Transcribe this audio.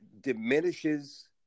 diminishes